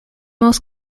most